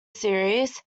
series